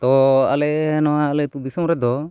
ᱛᱚ ᱟᱞᱮ ᱱᱚᱣᱟ ᱟᱞᱮ ᱟᱹᱛᱩ ᱫᱤᱥᱚᱢ ᱨᱮᱫᱚ